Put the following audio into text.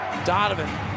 Donovan